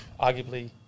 arguably